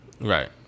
Right